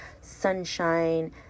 sunshine